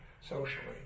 socially